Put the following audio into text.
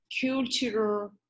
culture